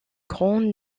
grand